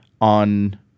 on